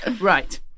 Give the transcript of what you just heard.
Right